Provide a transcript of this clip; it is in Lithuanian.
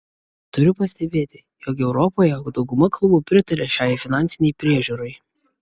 turiu pastebėti jog europoje dauguma klubų pritaria šiai finansinei priežiūrai